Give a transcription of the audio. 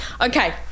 Okay